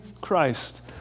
Christ